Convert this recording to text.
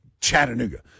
Chattanooga